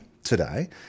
today